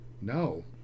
no